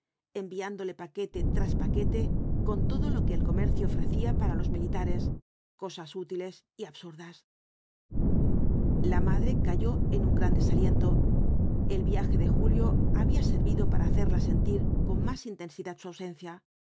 enviándole paquete tras paquete con todo lo que el comercio ofrecía para los militares cosas útiles y absurdas la madre cayó en un gran desaliento el viaje de julio había servido para hacerla sentir con más intensidad su ausencia